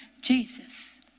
Jesus